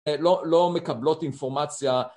לא מקבלות אינפורמציה